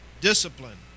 Discipline